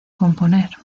componer